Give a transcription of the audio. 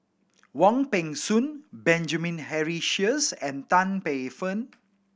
Wong Peng Soon Benjamin Henry Sheares and Tan Paey Fern